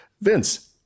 Vince